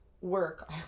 work